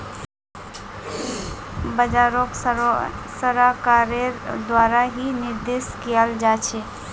बाजारोक सरकारेर द्वारा ही निर्देशन कियाल जा छे